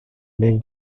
make